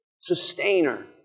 sustainer